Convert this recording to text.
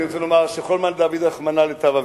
אני רוצה לומר ש"כל מאן דעביד רחמנא לטב עביד",